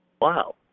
Wow